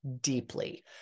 deeply